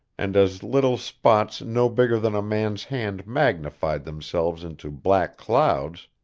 and as little spots no bigger than a man's hand magnified themselves into black clouds,